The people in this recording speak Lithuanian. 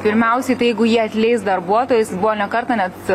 pirmiausiai tai jeigu jie atleis darbuotojus buvo ne kartą net